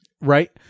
right